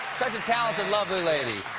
such a talented, loverly lady.